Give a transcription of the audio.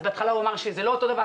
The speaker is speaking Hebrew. בהתחלה נאמר שזה לא אותו דבר,